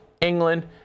England